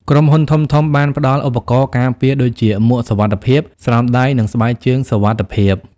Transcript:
ក្រុមហ៊ុនធំៗបានផ្តល់ឧបករណ៍ការពារដូចជាមួកសុវត្ថិភាព ស្រោមដៃ និងស្បែកជើងសុវត្ថិភាព។